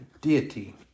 deity